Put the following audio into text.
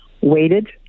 waited